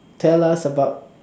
tell us about